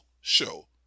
show